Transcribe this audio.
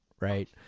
right